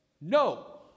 No